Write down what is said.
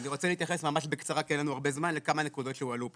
אני רוצה להתייחס בקצרה לכמה נקודות שהועלו פה.